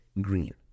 Green